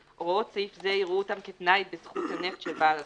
(ג)הוראות סעיף זה יראו אותן כתנאי בזכות הנפט של בעל הזכות.